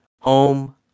Home